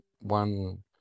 one